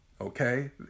okay